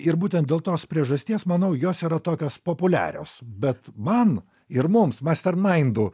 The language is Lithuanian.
ir būtent dėl tos priežasties manau jos yra tokios populiarios bet man ir mums master maindų